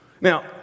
Now